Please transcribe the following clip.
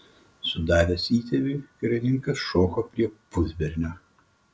sudavęs įtėviui karininkas šoko prie pusbernio